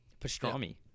Pastrami